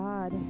God